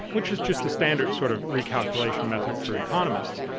which is just a standard sort of recalculation method for economists,